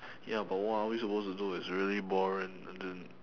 ya but what are we supposed to do it's really boring and then